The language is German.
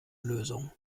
lösung